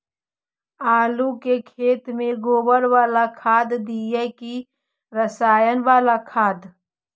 आलू के खेत में गोबर बाला खाद दियै की रसायन बाला खाद?